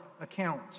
account